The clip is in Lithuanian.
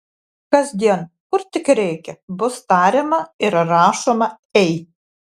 kasdien kur tik reikia bus tariama ir rašoma ei